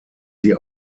sie